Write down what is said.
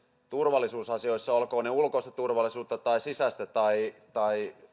turvallisuusasioissa olkoot ne ulkoista sisäistä tai tai